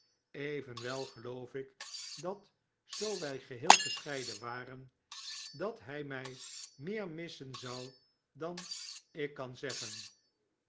geloof ik dat zoo wij geheel gescheiden waren hij mij meer missen zou dan ik kan zeggen